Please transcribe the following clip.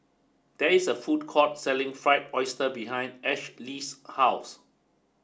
there is a food court selling Fried Oyster behind Ashlee's house